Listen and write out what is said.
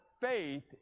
faith